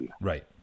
Right